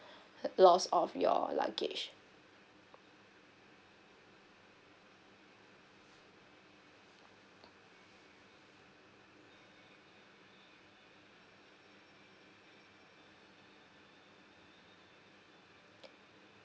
loss of your luggage